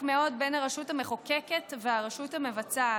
מאוד בין הרשות המחוקקת והרשות המבצעת.